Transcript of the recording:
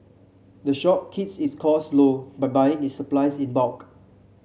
the shop keeps its cost low by buying its supplies in bulk